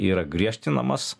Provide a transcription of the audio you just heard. yra griežtinamas